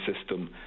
system